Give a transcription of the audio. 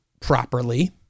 properly